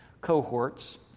cohorts